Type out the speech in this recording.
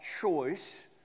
choice